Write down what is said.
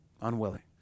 Unwilling